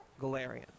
Galarian